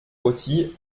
rôti